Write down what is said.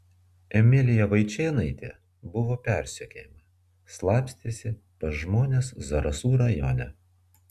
emilija vaičėnaitė buvo persekiojama slapstėsi pas žmones zarasų rajone